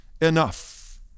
enough